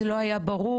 זה לא היה ברור?